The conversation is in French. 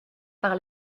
par